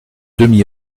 demi